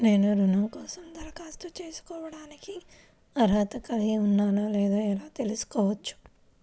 నేను రుణం కోసం దరఖాస్తు చేసుకోవడానికి అర్హత కలిగి ఉన్నానో లేదో ఎలా తెలుసుకోవచ్చు?